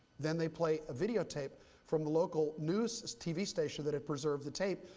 then they play a videotape from the local news tv station that had preserved the tape.